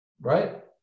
right